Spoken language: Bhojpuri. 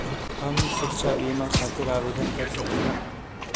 हम शिक्षा बीमा खातिर आवेदन कर सकिला?